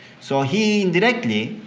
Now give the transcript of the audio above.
so he indirectly